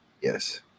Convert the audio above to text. Yes